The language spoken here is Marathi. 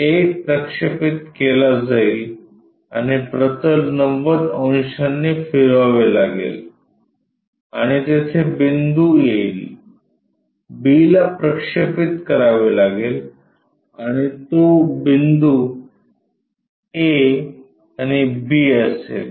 A प्रक्षेपित केला जाईल आणि प्रतल 90 अंशांनी फिरवावे लागेल आणि तेथे बिंदू येईल b ला प्रक्षेपित करावे लागेल आणि तो बिंदू a आणि b असेल